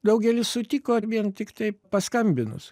daugelis sutiko vien tiktai paskambinus